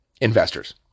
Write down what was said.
investors